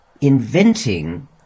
inventing